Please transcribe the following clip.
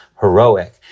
heroic